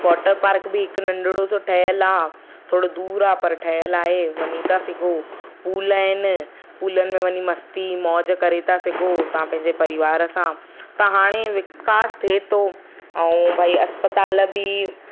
water park बि हिकिड़ो नंढो सो ठहियल आहे थोरो दूरि आहे पर ठहियल आहे वञी था सघो पूल आहिनि पूलनि में वञी मस्ती मौज करे था सघो तव्हां पंहिंजे परिवार सां त हाणे विकास थिए थो ऐं भई अस्पताल बि